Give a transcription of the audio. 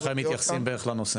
ככה הם מתייחסים בערך לנושא.